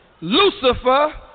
Lucifer